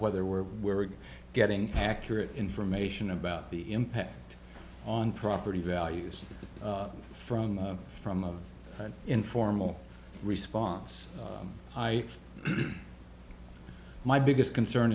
whether we're we're getting accurate information about the impact on property values from the from of an informal response i my biggest concern